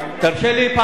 כי אני מדבר באמצע.